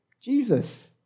Jesus